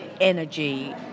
energy